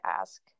ask